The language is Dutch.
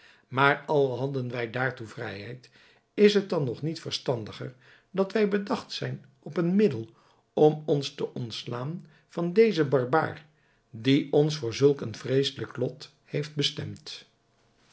maar al hadden wij daartoe vrijheid is het dan nog niet verstandiger dat wij bedacht zijn op een middel om ons te ontslaan van dezen barbaar die ons voor zulk een vreeselijk lot heeft bestemd